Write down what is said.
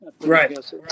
Right